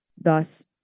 Thus